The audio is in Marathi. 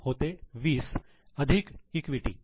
होते 20 अधिक इक्विटी